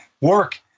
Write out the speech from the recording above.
work